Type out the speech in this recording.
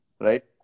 right